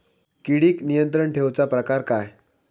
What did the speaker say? किडिक नियंत्रण ठेवुचा प्रकार काय?